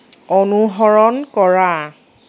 অনুসৰণ কৰা